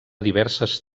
diverses